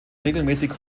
regelmäßig